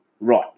Right